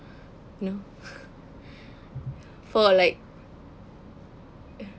no for like